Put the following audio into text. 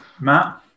Matt